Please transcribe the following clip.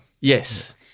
Yes